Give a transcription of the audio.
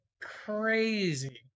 crazy